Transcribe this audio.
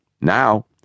Now